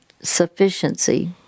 sufficiency